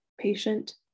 patient